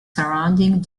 surrounding